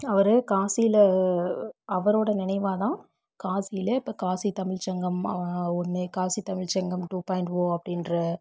அவர் காசியில் அவரோட நினைவாக தான் காசியில் இப்போ காசி தமிழ் சங்கம் ஒன்று Kashi Tamil Sangam two point O அப்படின்ற